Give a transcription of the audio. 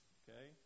okay